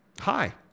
Hi